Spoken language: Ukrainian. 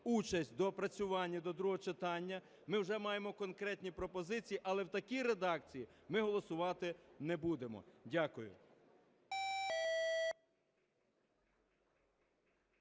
участь у доопрацюванні до другого читання, ми вже маємо конкретні пропозиції. Але в такій редакції ми голосувати не будемо. Дякую.